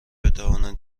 بتوانند